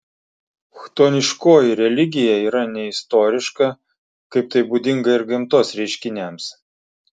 chtoniškoji religija yra neistoriška kaip tai būdinga ir gamtos reiškiniams